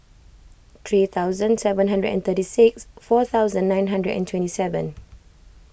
three thousand seven hundred and thirty six four thousand nine hundred and twenty seven